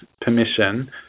permission